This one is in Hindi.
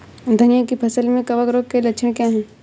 धनिया की फसल में कवक रोग के लक्षण क्या है?